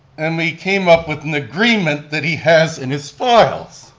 and we came up with an agreement that he has in his files.